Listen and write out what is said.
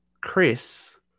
Chris